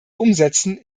umsetzen